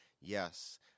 Yes